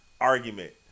argument